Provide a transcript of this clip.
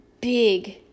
big